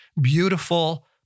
beautiful